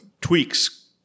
tweaks